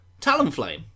Talonflame